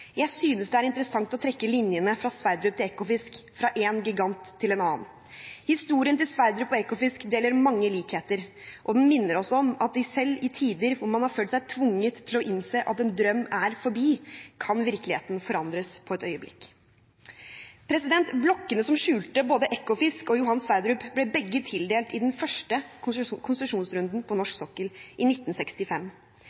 Jeg synes det er interessant å trekke linjen fra Sverdrup til Ekofisk, fra en gigant til en annen. Historiene til Sverdrup og Ekofisk deler mange likheter, og de minner oss om at selv i tider hvor man har følt seg tvunget til å innse at en drøm er forbi, kan virkeligheten forandres på et øyeblikk. Blokkene som skjulte både Ekofisk og Johan Sverdrup, ble begge tildelt i den første konsesjonsrunden på norsk sokkel, i 1965.